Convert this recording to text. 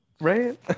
right